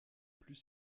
plus